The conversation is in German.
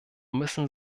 müssen